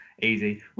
Easy